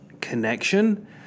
connection